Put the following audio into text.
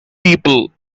people